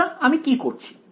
সুতরাং আমি কি করছি